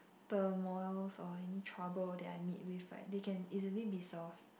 turmoils or any trouble that I meet with right they can easily be solved